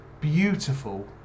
beautiful